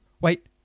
wait